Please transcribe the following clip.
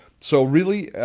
so really,